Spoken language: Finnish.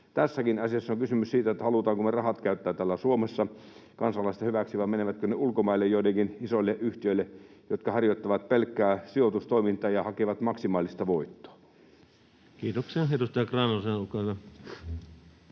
tässäkin asiassa on kysymys siitä, halutaanko me käyttää rahat täällä Suomessa kansalaisten hyväksi vai menevätkö ne ulkomaille joillekin isoille yhtiöille, jotka harjoittavat pelkkää sijoitustoimintaa ja hakevat maksimaalista voittoa. [Speech 106] Speaker: